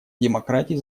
демократии